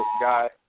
guy